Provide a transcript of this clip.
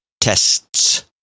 tests